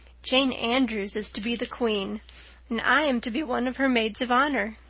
jane andrews is to be the queen and i am to be one of her maids of honor.